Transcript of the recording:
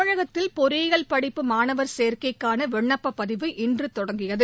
தமிழகத்தில் பொறியியல் படிப்பு மாணவர் சேர்க்கைக்கான விண்ணப்ப பதிவு இன்று தொடங்கியது